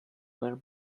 were